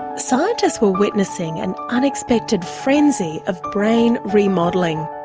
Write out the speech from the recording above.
scientists were witnessing an unexpected frenzy of brain remodelling.